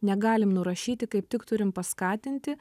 negalim nurašyti kaip tik turim paskatinti